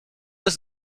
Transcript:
does